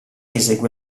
esegue